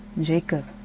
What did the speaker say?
Jacob